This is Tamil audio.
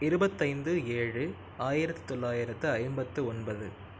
இருபத்தைந்து ஏழு ஆயிரத்தி தொள்ளாயிரத்து ஐம்பத்து ஒன்பது